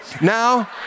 now